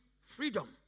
freedom